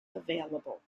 available